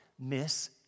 miss